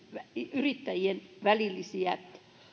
yrittäjien välillisiä